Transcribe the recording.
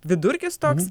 vidurkis toks